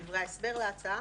בדברי ההסבר להצעה,